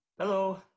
Hello